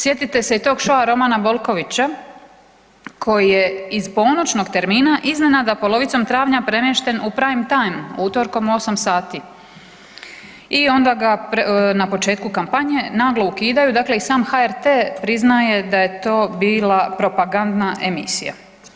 Sjetite se i tog šoua Romana Bolkovića koji je iz ponoćnog termina iznenada polovicom travnja premješten u prime time utorkom u 8 sati i onda ga na početku kampanje naglo ukidaju, dakle i sam HRT priznaje da je to bila propagandna emisija.